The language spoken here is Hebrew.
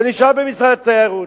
זה נשאר במשרד התיירות,